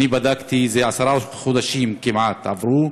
בדקתי, עשרה חודשים כמעט עברו,